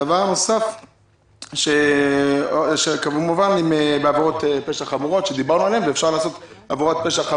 דבר נוסף הוא עבירות פשע חמורות